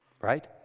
Right